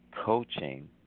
coaching